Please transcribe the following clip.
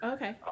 Okay